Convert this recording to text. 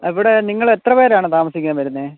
അവിടെ നിങ്ങളെത്ര പേരാണ് താമസിക്കാൻ വരുന്നത്